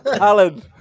Alan